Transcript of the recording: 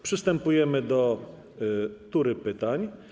Przystępujemy do tury pytań.